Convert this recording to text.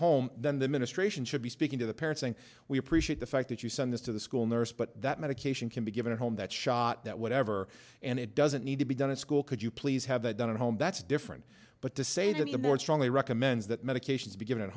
home then the ministration should be speaking to the parents and we appreciate the fact that you send this to the school nurse but that medication can be given at home that shot that whatever and it doesn't need to be done in school could you please have that done at home that's different but to say that the more strongly recommends that medications be given at